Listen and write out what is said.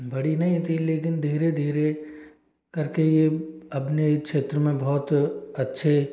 बड़ी नहीं थी लेकिन धीरे धीरे करके यह अपने ही क्षेत्र में बहुत अच्छे